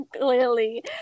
clearly